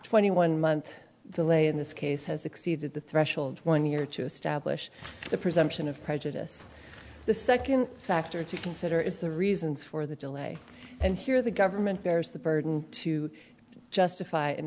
twenty one month delay in this case has exceeded the threshold one year to establish the presumption of prejudice the second factor to consider is the reasons for the delay and here the government bears the burden to justify and